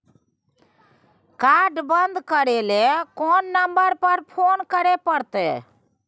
Card बन्द करे ल कोन नंबर पर फोन करे परतै?